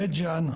בית ג'אן,